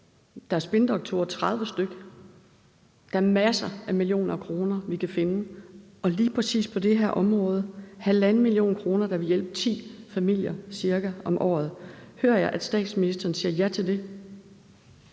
Der er 30 stk. spindoktorer. Der er masser af millioner kroner, vi kan finde, og lige præcis på det her område ville halvanden million kroner kunne hjælpe ca. ti familier om året. Hører jeg, at statsministeren siger ja til det?